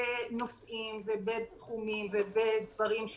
9% ואולי אפילו ב-99.99% מהמקרים והיא מאשרת את העמותות.